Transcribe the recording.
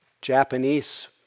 Japanese